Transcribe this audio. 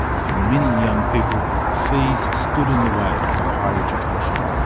for many young people fees stood in the way of higher education.